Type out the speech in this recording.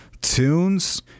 tunes